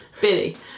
Billy